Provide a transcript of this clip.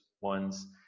ones